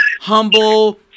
humble